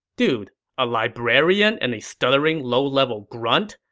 dude, a librarian and a stuttering low-level grunt?